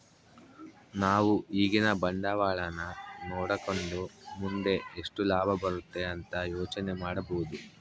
ನಾವು ಈಗಿನ ಬಂಡವಾಳನ ನೋಡಕಂಡು ಮುಂದೆ ಎಷ್ಟು ಲಾಭ ಬರುತೆ ಅಂತ ಯೋಚನೆ ಮಾಡಬೋದು